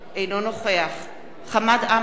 אינו נוכח חמד עמאר,